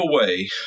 away